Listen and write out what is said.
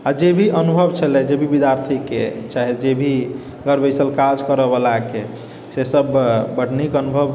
आ जे भी अनुभव छलै जे भी विद्यार्थीके चाहे जे भी घर बैसल काज करऽवलाके से सब बड़ नीक अनुभव